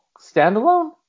standalone